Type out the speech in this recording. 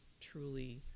truly